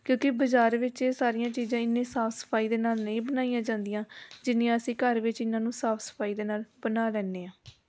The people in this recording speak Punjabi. ਕਿਉਂਕਿ ਬਾਜ਼ਾਰ ਵਿੱਚ ਇਹ ਸਾਰੀਆਂ ਚੀਜ਼ਾਂ ਇੰਨੇ ਸਾਫ ਸਫਾਈ ਦੇ ਨਾਲ ਨਹੀਂ ਬਣਾਈਆਂ ਜਾਂਦੀਆਂ ਜਿੰਨੀਆਂ ਅਸੀਂ ਘਰ ਵਿੱਚ ਇਹਨਾਂ ਨੂੰ ਸਾਫ ਸਫਾਈ ਦੇ ਨਾਲ ਬਣਾ ਲੈਂਦੇ ਆ